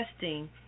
testing